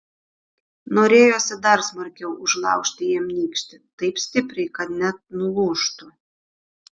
norėjosi dar smarkiau užlaužti jam nykštį taip stipriai kad net nulūžtų